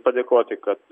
padėkoti kad